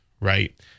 Right